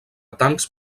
tancs